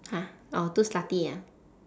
!huh! orh too slutty ah